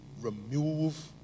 Remove